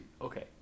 okay